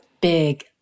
big